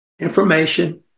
information